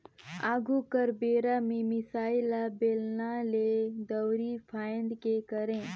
आघु कर बेरा में मिसाई ल बेलना ले, दंउरी फांएद के करे